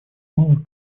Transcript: малых